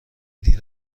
دیر